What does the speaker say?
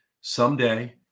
someday